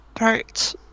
Right